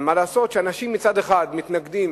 אבל מה לעשות שאנשים מצד אחד מתנגדים